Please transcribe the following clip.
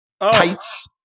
tights